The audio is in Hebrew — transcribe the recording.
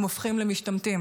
הם הופכים למשתמטים.